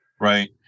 Right